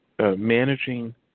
managing